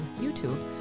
YouTube